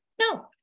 No